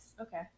Okay